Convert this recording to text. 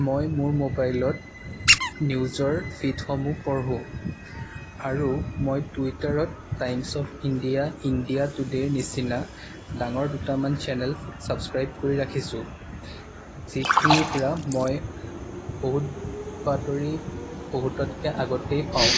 মই মোৰ মোবাইলত নিউজৰ ফিডসমূহ পঢ়োঁ আৰু মই টুইটাৰত টাইমছ অফ ইণ্ডিয়া ইণ্ডিয়া টুডেৰ নিচিনা ডাঙৰ দুটামান চেনেল চাবস্ক্ৰাইব কৰি ৰাখিছোঁ যিখিনিৰপৰা মই বহুত বাতৰি বহুততকৈ আগতেই পাওঁ